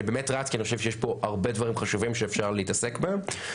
אני באמת רץ כי אני חושב שיש פה הרבה דברים חשובים שאפשר להתעסק בהם,